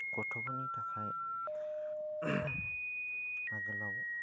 गथ'फोरनि थाखाय आगोलाव